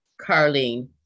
Carlene